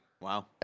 Wow